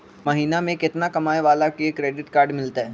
महीना में केतना कमाय वाला के क्रेडिट कार्ड मिलतै?